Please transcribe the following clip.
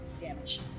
damage